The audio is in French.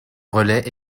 relais